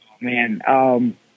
Man